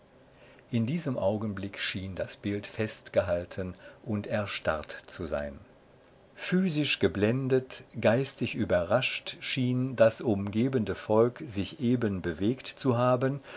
in diesem augenblick schien das bild festgehalten und erstarrt zu sein physisch geblendet geistig überrascht schien das umgebende volk sich eben bewegt zu haben